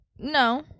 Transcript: No